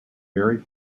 very